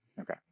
Okay